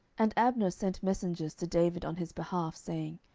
and abner sent messengers to david on his behalf, saying,